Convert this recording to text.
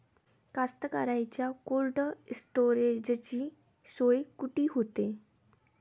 कास्तकाराइच्या कोल्ड स्टोरेजची सोय कुटी होते?